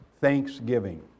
Thanksgiving